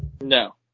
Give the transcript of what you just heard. No